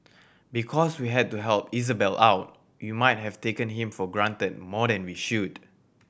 because we had to help Isabelle out we might have taken him for granted more than we should